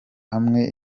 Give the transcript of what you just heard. hamwe